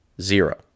Zero